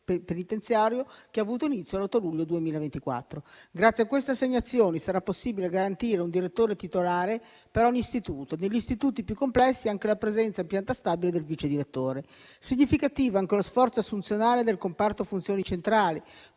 che ha avuto inizio l'8 luglio 2024. Grazie a queste assegnazioni sarà possibile garantire un direttore titolare per ogni istituto e, negli istituti più complessi, anche la presenza in pianta stabile del vicedirettore. Significativo è anche lo sforzo assunzionale del comparto funzioni centrali,